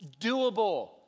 doable